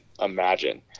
imagine